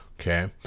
Okay